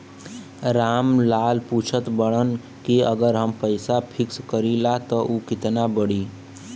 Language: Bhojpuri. राम लाल पूछत बड़न की अगर हम पैसा फिक्स करीला त ऊ कितना बड़ी?